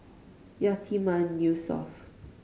Yatiman Yusof